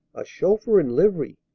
a chauffeur in livery!